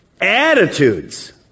attitudes